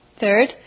Third